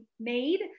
made